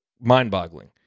mind-boggling